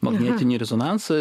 magnetinį rezonansą